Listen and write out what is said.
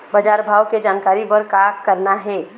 बजार भाव के जानकारी बर का करना हे?